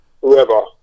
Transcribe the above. whoever